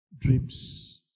Dreams